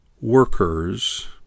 workers